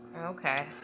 Okay